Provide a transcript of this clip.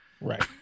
Right